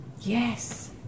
yes